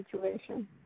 situation